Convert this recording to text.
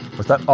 what's that? oh,